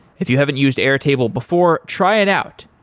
if you haven't used airtable before, try it out.